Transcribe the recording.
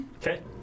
Okay